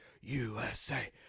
usa